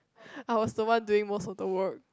I was the one doing most of the work